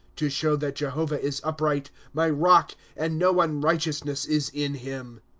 to show that jehovah is upright my rock, and no unrighteousness is in him.